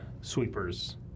sweepers